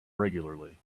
regularly